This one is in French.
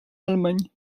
allemagne